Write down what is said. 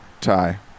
tie